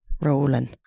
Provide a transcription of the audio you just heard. rolling